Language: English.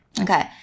Okay